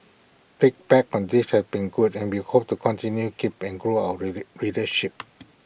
feedback on this has been good and we hope to continue keep and grow our really readership